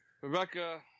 Rebecca